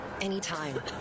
anytime